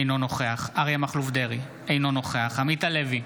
אינו נוכח אריה מכלוף דרעי, אינו נוכח עמית הלוי,